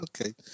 Okay